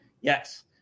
yes